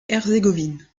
herzégovine